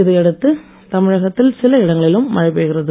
இதையடுத்து தமிழகத்தில் சில இடங்களிலும் மழை பெய்கிறது